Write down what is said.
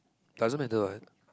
doesn't matter what